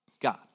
God